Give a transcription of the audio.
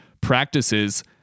practices